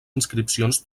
inscripcions